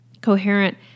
coherent